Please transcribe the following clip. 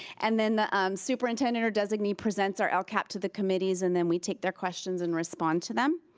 and then the superintendent or designee presents our lcap to the committee's and then we take their questions and respond to them.